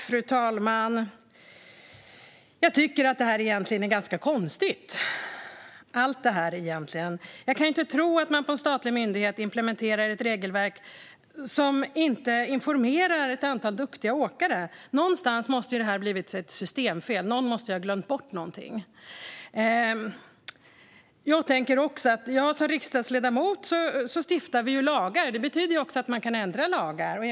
Fru talman! Jag tycker egentligen att allt det här är ganska konstigt. Jag kan inte tro att man på en statlig myndighet implementerar ett regelverk och inte informerar ett antal duktiga åkare. Någonstans måste det ju ha blivit ett systemfel - någon måste ha glömt bort någonting. Jag tänker också att jag som riksdagsledamot är med och stiftar lagar, vilket betyder att man även kan ändra lagar.